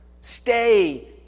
Stay